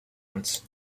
ones